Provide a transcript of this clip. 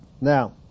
Now